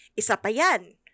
Isapayan